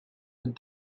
with